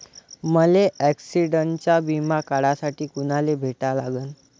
मले ॲक्सिडंटचा बिमा काढासाठी कुनाले भेटा लागन?